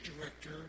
director